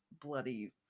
bloody